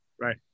Right